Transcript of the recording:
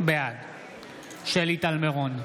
בעד שלי טל מירון,